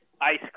ice